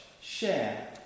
share